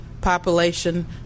population